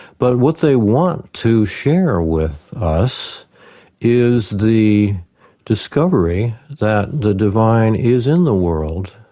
but what they want to share with us is the discovery that the divine is in the world,